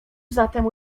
zatem